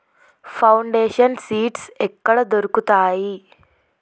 Foundation seeds ఎక్కడ దొరుకుతాయి?